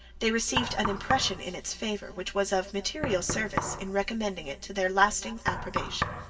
they received an impression in its favour which was of material service in recommending it to their lasting approbation.